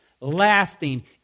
lasting